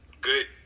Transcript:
good